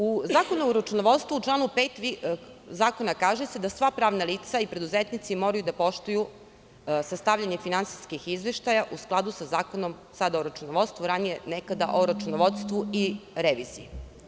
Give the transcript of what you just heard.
U Zakonu o računovodstvu u članu 5. Zakona kaže se da sva pravna lica i preduzetnici moraju da poštuju sastavljanje finansijskih izveštaja u skladu sa zakonom, sada o računovodstvu, nekada o računovodstvu i reviziji.